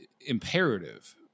Imperative